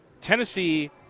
Tennessee